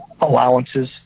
allowances